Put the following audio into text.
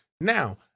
Now